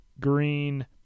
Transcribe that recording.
green